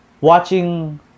watching